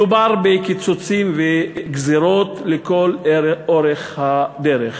מדובר בקיצוצים וגזירות לכל אורך הדרך.